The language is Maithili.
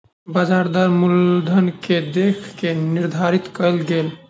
ब्याज दर मूलधन के देख के निर्धारित कयल गेल